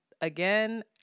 again